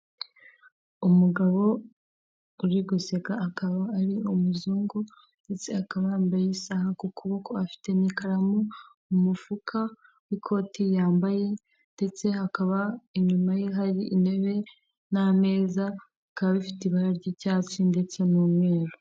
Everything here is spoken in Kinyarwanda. Umugabo uri guseka, akaba ari umuzungu ndetse akaba yambaye isaha ku kuboko, afite n'ikaramu mu mufuka w'ikoti yambaye ndetse hakaba inyuma ye hari intebe n'ameza, bikaba bifite ibara ry'icyatsi ndetse n'umweru.